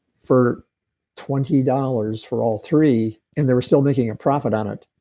for twenty dollars for all three. and they were still making a profit on it.